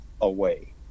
away